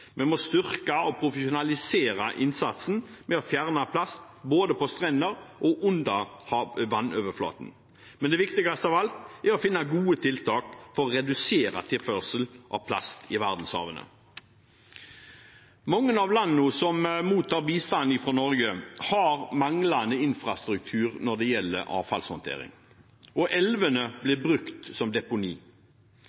Vi må styrke og profesjonalisere innsatsen for å fjerne plast, både på strender og under havoverflaten. Men det viktigste av alt er å finne gode tiltak for å redusere tilførselen av plast i verdenshavene. Mange av landene som mottar bistand fra Norge, har en manglende infrastruktur når det gjelder avfallshåndtering, og elvene